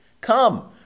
Come